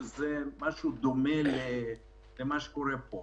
שזה משהו דומה למה שקורה פה.